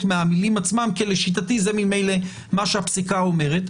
מהמילים עצמם כן לשיטתה זה ממילא מה שהפסיקה אומרת,